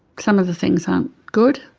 some of the things aren't good.